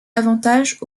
avantages